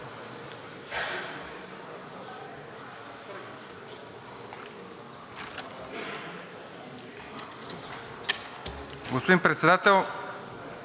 Господин Председател,